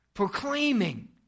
proclaiming